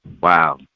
Wow